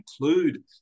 include